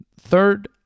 Third